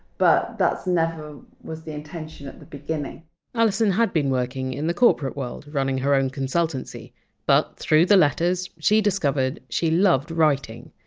but that never was the intention at the beginning alison had been working in the corporate world, running her own consultancy but through the letters, she discovered she loved writing,